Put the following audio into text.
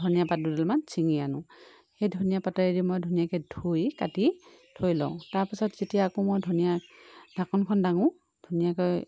ধনীয়াপাত দুডালমান চিঙি আনো সেই ধনীয়াপাতেদি মই ধুনীয়াকৈ ধুই কাটি থৈ লওঁ তাৰ পাছত যেতিয়া আকৌ মই ধনীয়া ঢাকনখন দাঙো ধুনীয়াকৈ